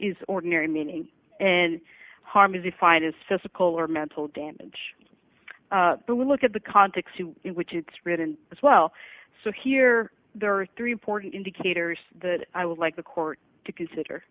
is ordinary meaning and harm is defined as physical or mental damage but we look at the context in which it's written as well so here there are three important indicators that i would like the court to consider